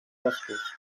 boscos